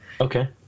Okay